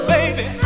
Baby